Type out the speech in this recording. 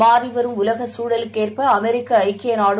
மாறிவரும் உலகசூழலுக்கேற்பஅமெரிக்கஐக்கியநாடும்